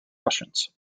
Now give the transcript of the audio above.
russians